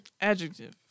Adjective